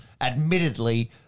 admittedly